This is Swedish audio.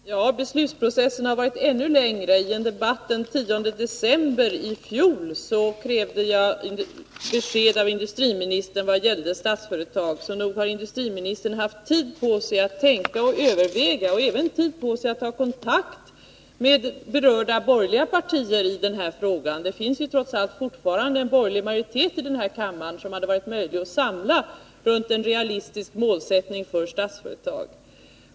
Herr talman! Beslutsprocessen har varit ännu längre. I en debatt den 10 december i fjol krävde jag besked av industriministern när det gällde Statsföretag. Så nog har industriministern haft tid på sig att tänka och överväga. Han har även haft tid på sig att ta kontakt med berörda borgerliga partier i den här frågan. Det finns ju trots allt fortfarande en borgerlig majoritet här i kammaren, som det hade varit möjligt att samla till debatt om en realistisk målsättning för Statsföretag.